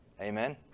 Amen